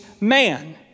man